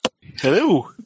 Hello